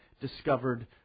discovered